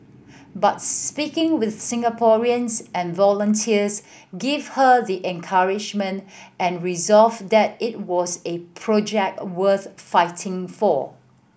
but speaking with Singaporeans and volunteers gave her the encouragement and resolve that it was a project a worth fighting for